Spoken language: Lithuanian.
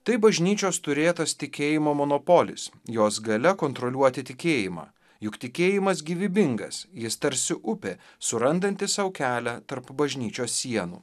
tai bažnyčios turėtas tikėjimo monopolis jos galia kontroliuoti tikėjimą juk tikėjimas gyvybingas jis tarsi upė surandantys sau kelią tarp bažnyčios sienų